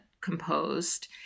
composed